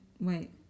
Wait